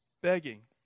begging